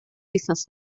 wythnos